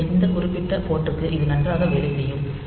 எனவே இந்த குறிப்பிட்ட போர்ட் க்கு இது நன்றாக வேலை செய்யும்